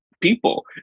people